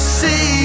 see